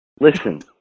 Listen